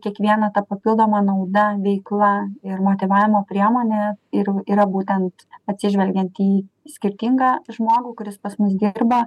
kiekviena ta papildoma nauda veikla ir motyvavimo priemonė ir yra būtent atsižvelgiant į skirtingą žmogų kuris pas mus dirba